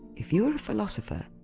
if you were a philosopher,